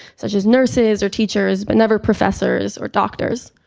such as nurses or teachers, but never professors or doctors.